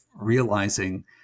realizing